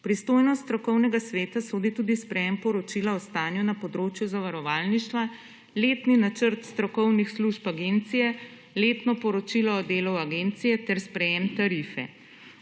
pristojnost strokovnega sveta sodi tudi sprejem poročila o stanju na področju zavarovalništva, letni načrt strokovnih služb agencije, letno poročilo o delu agencije ter sprejem tarife.